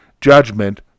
judgment